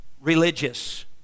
religious